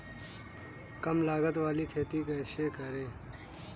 कम लागत वाली खेती कैसे करें?